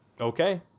okay